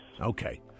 Okay